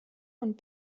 und